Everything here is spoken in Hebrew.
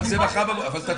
אבל זה מחר בבוקר.